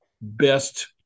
best –